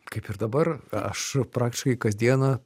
kaip ir dabar aš praktiškai kasdieną